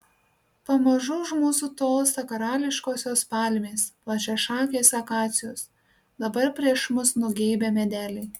pamažu už mūsų tolsta karališkosios palmės plačiašakės akacijos dabar prieš mus nugeibę medeliai